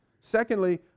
Secondly